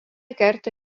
kerta